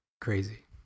crazy